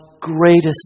greatest